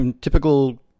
Typical